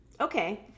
Okay